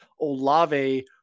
olave